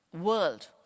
world